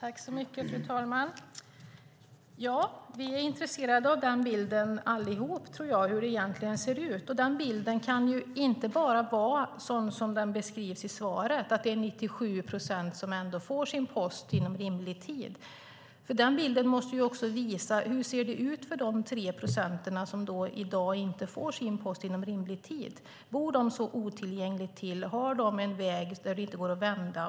Fru talman! Vi är alla intresserade av bilden av hur det egentligen ser ut. Den bilden kan inte bara vara sådan som den beskrevs i svaret, nämligen att 97 procent ändå får sin post inom rimlig tid. Den bilden måste också visa hur det ser ut för de 3 procent som i dag inte får sin post inom rimlig tid. Bor de så otillgängligt till? Bor de vid en väg där det inte går att vända?